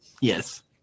Yes